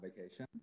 vacation